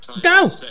Go